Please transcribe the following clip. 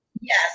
Yes